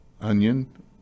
onion